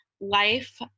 life